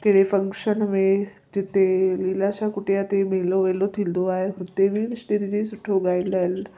कहिड़े फ़ंक्शन में जिते लीलाशाह कुटिया ते मेलो वेलो थींदो आहे हुते बि विषिनी दीदी सुठो ॻाईंदा आहिनि